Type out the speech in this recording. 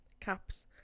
caps